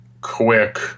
quick